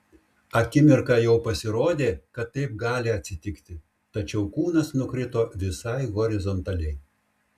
akimirką jau pasirodė kad taip gali atsitikti tačiau kūnas nukrito visai horizontaliai